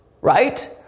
right